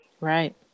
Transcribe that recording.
Right